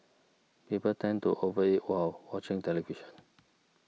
people tend to over eat while watching television